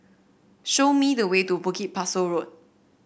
show me the way to Bukit Pasoh Road